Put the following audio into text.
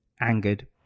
angered